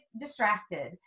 distracted